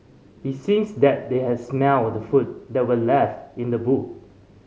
it seems that they had smelt the food that were left in the boot